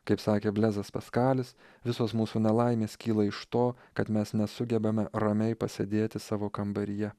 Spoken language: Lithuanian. kaip sakė blezas paskalis visos mūsų nelaimės kyla iš to kad mes nesugebame ramiai pasėdėti savo kambaryje